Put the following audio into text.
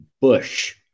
bush